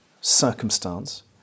circumstance